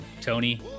Tony